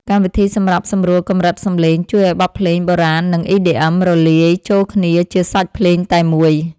កម្មវិធីសម្រាប់សម្រួលកម្រិតសំឡេង ជួយឱ្យបទភ្លេងបុរាណ និង EDM រលាយចូលគ្នាជាសាច់ភ្លេងតែមួយ។